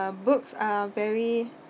uh books are very